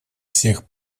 всех